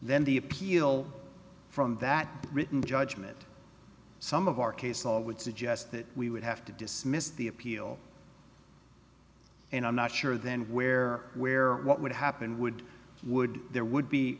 then the appeal from that written judgment some of our case law would suggest that we would have to dismiss the appeal and i'm not sure then where where or what would happen would would there would be